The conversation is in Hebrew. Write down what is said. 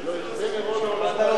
שלא יכבה נרו לעולם ועד.